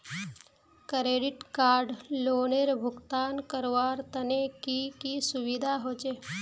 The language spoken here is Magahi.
क्रेडिट कार्ड लोनेर भुगतान करवार तने की की सुविधा होचे??